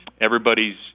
Everybody's